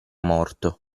morto